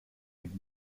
mit